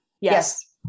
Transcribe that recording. Yes